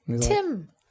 Tim